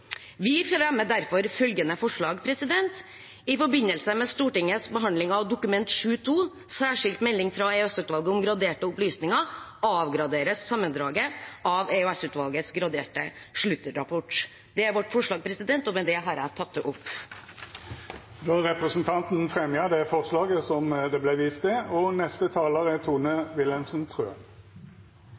Vi fremmer derfor følgende forslag: I forbindelse med Stortingets behandling av Dokument 7:2 for 2020–2021, Særskilt melding fra EOS-utvalget om graderte opplysninger, avgraderes sammendraget av EOS-utvalgets graderte sluttrapport. Det er vårt forslag, og med det har jeg tatt det opp. Representanten Eva Kristin Hansen har teke opp det forslaget ho refererte til. Saksansvarlig Morten Wold og